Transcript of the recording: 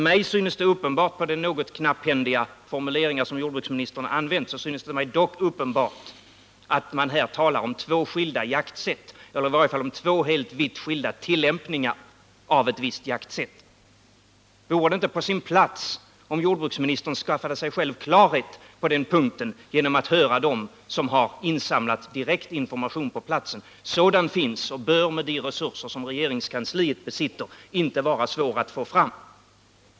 Med tanke på de något knapphändiga motiveringar som jordbruksministern har använt synes det mig dock uppenbart att man här talar om två skilda jaktsätt, i varje fall om två helt vitt skilda tillämpningar av ett visst jaktsätt. Vore det inte på sin plats att jordbruksministern skaffade sig själv klarhet på den punkten genom att höra dem som har insamlat information på platsen? Sådan information finns och bör med de resurser som regeringskansliet har inte vara svår att få fram.